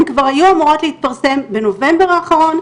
הם כבר היו אמורות להתפרסם בנובמבר האחרון,